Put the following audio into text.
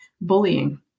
bullying